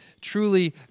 truly